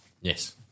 Yes